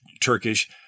Turkish